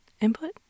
Input